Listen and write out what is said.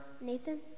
Nathan